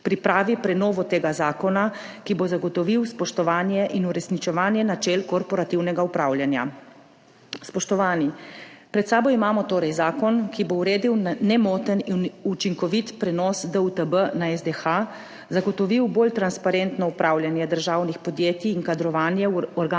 pripravilo prenovo tega zakona, ki bo zagotovil spoštovanje in uresničevanje načel korporativnega upravljanja. Spoštovani, pred sabo imamo torej zakon, ki bo uredil nemoten in učinkovit prenos DUTB na SDH, zagotovil bolj transparentno upravljanje državnih podjetij in kadrovanje v organe